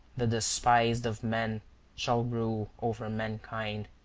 the despised of men shall rule over mankind.